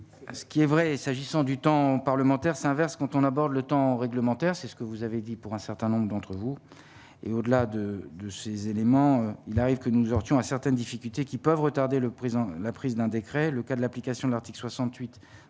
ce qui est vrai s'agissant du temps parlementaire s'inverse quand on aborde le temps réglementaire, c'est ce que vous avez dit pour un certain nombre d'entre vous, et au-delà de de ces éléments, il arrive que nous aurions à certaines difficultés qui peuvent retarder le présent, la prise d'un décret, le cas de l'application de l'article 68